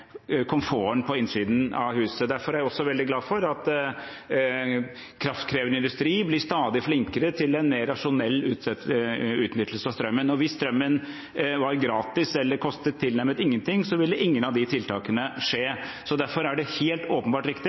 på innsiden av huset går ned. Derfor er jeg også veldig glad for at kraftkrevende industri blir stadig flinkere til å utnytte strømmen på en rasjonell måte. Hvis strømmen hadde vært gratis eller hadde kostet tilnærmet ingenting, ville ingen av de tiltakene skje. Derfor er det helt åpenbart riktig